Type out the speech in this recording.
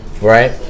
right